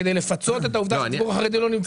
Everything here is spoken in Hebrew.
כדי לפצות את העובדה שהציבור החרדי לא נמצא